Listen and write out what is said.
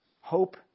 Hope